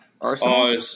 Arsenal